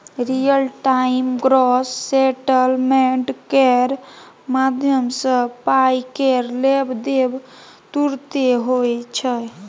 real time gross settlement केर माध्यमसँ पाइ केर लेब देब तुरते होइ छै